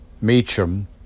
Meacham